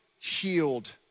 healed